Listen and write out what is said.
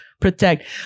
protect